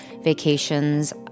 vacations